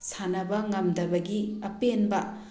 ꯁꯥꯟꯅꯕ ꯉꯝꯗꯕꯒꯤ ꯑꯄꯦꯟꯕ